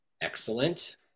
Excellent